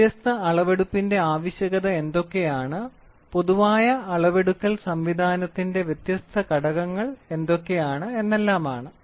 വ്യത്യസ്ത അളവെടുപ്പിന്റെ ആവശ്യകത എന്തൊക്കെയാണ് പൊതുവായ അളവെടുക്കൽ സംവിധാനത്തിന്റെ വ്യത്യസ്ത ഘടകങ്ങൾ എന്തൊക്കെയാണ് എന്നെല്ലാമാണ്